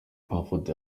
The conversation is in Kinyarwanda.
amafoto